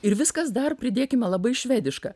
ir viskas dar pridėkime labai švediška